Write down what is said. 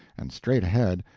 and straight ahead,